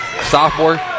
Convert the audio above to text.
sophomore